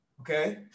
Okay